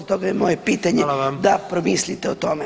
Stoga je moje pitanje da promislite o tome.